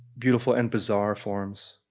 beautiful and bizarre forms.